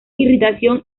irritación